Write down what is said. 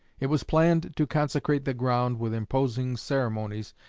it was planned to consecrate the ground with imposing ceremonies,